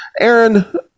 aaron